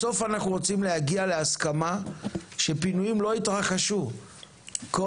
בסוף אנחנו רוצים להגיע להסכמה שפנויים לא יתרחשו כל